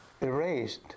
erased